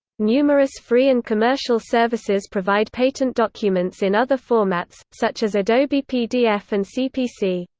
numerous free and commercial services provide patent documents in other formats, such as adobe pdf and cpc.